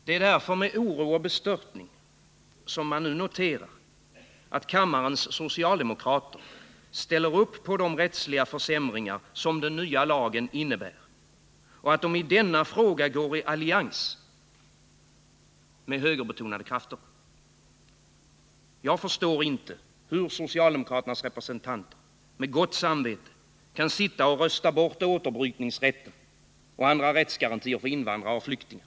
Det är därför som man nu med oro och bestörtning noterar att kammarens socialdemokratiska ledamöter ställer upp på de rättsliga försämringar som den nya lagen innebär och att de i denna fråga går i allians med högerbetonade krafter. Jag förstår inte hur socialdemokraternas representanter med gott samvete kan sitta och rösta bort återbrytningsrätten och andra rättsgarantier för invandrare och flyktingar.